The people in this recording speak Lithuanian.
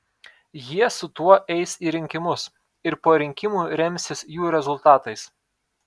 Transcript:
jie su tuo eis į rinkimus ir po rinkimų remsis jų rezultatais